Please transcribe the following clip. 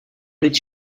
did